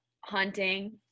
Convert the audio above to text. hunting